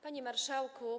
Panie Marszałku!